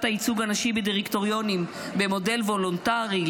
הייצוג הנשי בדירקטוריונים במודל וולונטרי,